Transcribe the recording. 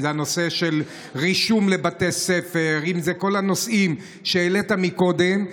אם זה רישום לבתי ספר או כל הנושאים שהעלית קודם,